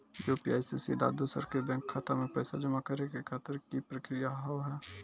UPI से सीधा दोसर के बैंक खाता मे पैसा जमा करे खातिर की प्रक्रिया हाव हाय?